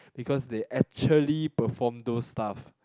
because they actually perform those stuff